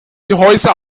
gehäuse